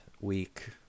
week